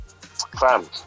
fam